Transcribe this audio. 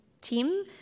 team